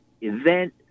event